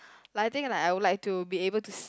like I think like I would like to be able to s~